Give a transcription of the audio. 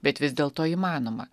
bet vis dėlto įmanoma